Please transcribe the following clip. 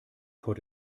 heute